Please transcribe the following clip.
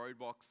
roadblocks